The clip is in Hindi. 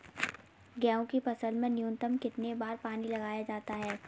गेहूँ की फसल में न्यूनतम कितने बार पानी लगाया जाता है?